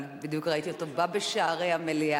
אבל בדיוק ראיתי אותו בא בשערי המליאה.